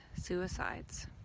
suicides